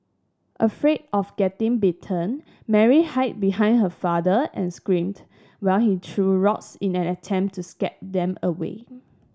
afraid of getting bitten Mary hide behind her father and screamed while he threw rocks in an attempt to scare them away